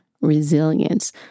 resilience